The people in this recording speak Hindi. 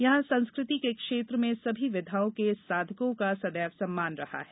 यहाँ संस्कृति के क्षेत्र में सभी विधाओं के साधकों का सदैव सम्मान रहा है